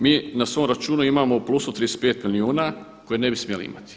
Mi na svom računu imamo u plusu 35 milijuna koje ne bismo smjeli imati.